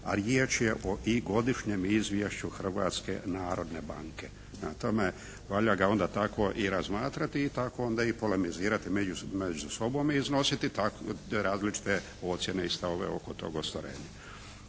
a riječ je i o Godišnjem izvješću Hrvatske narodne banke. Prema tome valja ga onda tako i razmatrati i tako onda i polemizirati među sobom i iznositi te različite ocjene i stavove oko tog ostvarenja.